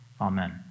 amen